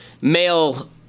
male